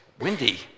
windy